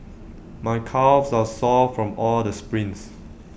my calves are sore from all the sprints